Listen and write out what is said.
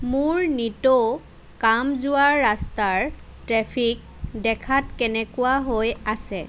মোৰ নিতৌ কাম যোৱাৰ ৰাস্তাৰ ট্ৰেফিক দেখাত কেনেকুৱা হৈ আছে